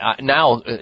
now